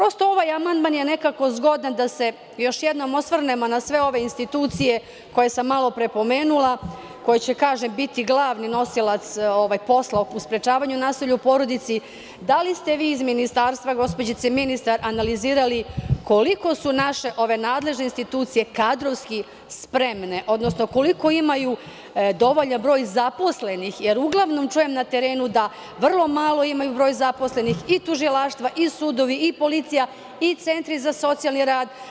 Ovaj amandman je zgodan da se još jednom osvrnemo na sve ove institucije koje sam malopre pomenula, koje će biti glavni nosilac posla u sprečavanju nasilja u porodici, da li ste vi iz ministarstva gospođice ministar analizirali koliko su naše nadležne institucije kadrovski spremne, odnosno da li imaju dovoljan broj zaposlenih, jer uglavnom na terenu čujem da imaju vrlo mali broj zaposlenih i tužilaštva i sudovi i policija i centri za socijalni rad.